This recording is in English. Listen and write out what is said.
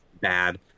bad